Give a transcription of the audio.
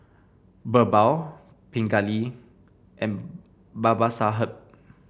BirbaL Pingali and Babasaheb